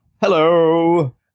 hello